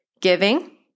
Giving